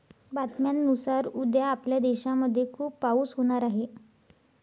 बातम्यांनुसार उद्या आपल्या देशामध्ये खूप पाऊस होणार आहे